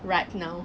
right now